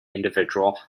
individual